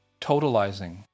totalizing